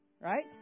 Right